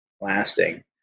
lasting